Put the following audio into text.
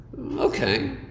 Okay